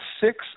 six-